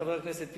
חבר הכנסת פיניאן,